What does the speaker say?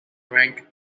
rank